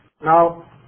Now